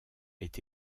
est